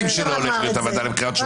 שזה לא הולך להיות הוועדה לבחירת שופטים,